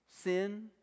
Sin